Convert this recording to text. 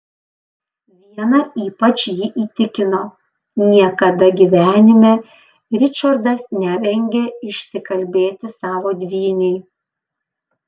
viena ypač jį įtikino niekada gyvenime ričardas nevengė išsikalbėti savo dvyniui